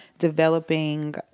developing